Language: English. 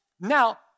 Now